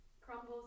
Crumbles